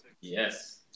Yes